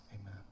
Amen